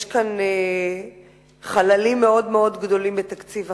יש כאן חללים מאוד מאוד גדולים בתקציב החינוך,